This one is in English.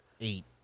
eight